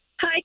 Hi